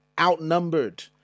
outnumbered